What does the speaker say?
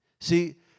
See